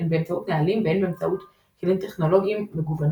הן באמצעות נהלים והן באמצעות כלים טכנולוגיים מגוונים